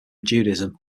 judaism